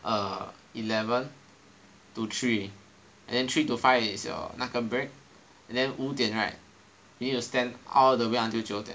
err eleven to three and then three to five is your 那个 break and then 五点 right you need to stand all the way until 九点